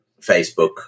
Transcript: Facebook